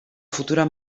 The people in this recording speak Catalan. futura